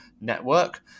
Network